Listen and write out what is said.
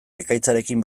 ekaitzarekin